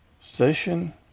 Station